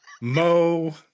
Mo